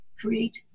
create